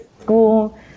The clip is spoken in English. school